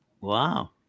Wow